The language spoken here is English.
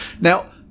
now